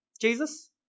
Jesus